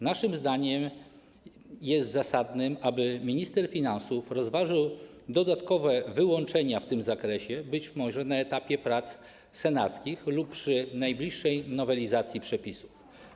Naszym zdaniem jest zasadne, aby minister finansów rozważył dodatkowe wyłączenia w tym zakresie, być może na etapie prac senackich lub przy najbliższej nowelizacji przepisów.